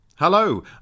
Hello